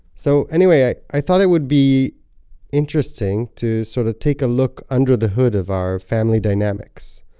so, anyway, i i thought it would be interesting to sort of take a look under the hood of our family dynamics.